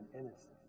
innocent